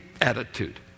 attitude